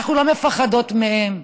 אנחנו לא מפחדות מהם.